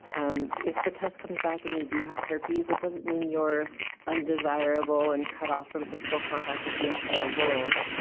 um if the test comes back and you do have herpes, it doesn't mean your undesirable and cut off from physical contact with the entire world.